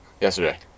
yesterday